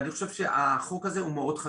ואני חושב שהחוק הזה הוא מאוד חשוב.